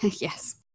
Yes